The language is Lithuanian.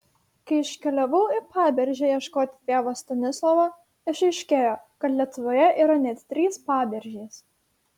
kai iškeliavau į paberžę ieškoti tėvo stanislovo išaiškėjo kad lietuvoje yra net trys paberžės